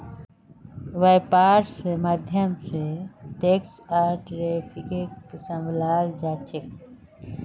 वैपार्र माध्यम से टैक्स आर ट्रैफिकक सम्भलाल जा छे